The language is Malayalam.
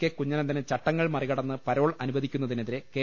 കെ കുഞ്ഞനന്തന് ചട്ടങ്ങൾ മറികടന്ന് പരോൾ അനുവദിക്കുന്നതിനെതിരെ കെ